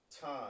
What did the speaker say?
time